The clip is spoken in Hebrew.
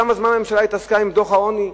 כמה זמן הממשלה התעסקה עם דוח העוני,